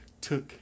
took